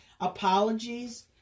apologies